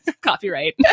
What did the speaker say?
Copyright